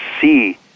see